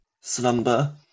Slumber